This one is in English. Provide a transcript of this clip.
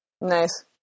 Nice